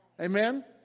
Amen